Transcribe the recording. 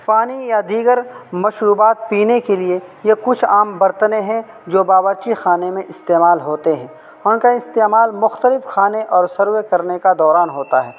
پانی یا دیگر مشروبات پینے کے لیے یہ کچھ عام برتنیں ہیں جو باورچی خانے میں استعمال ہوتے ہیں ان ان کا استعمال مختلف کھانے اور سرو کرنے کا دوران ہوتا ہے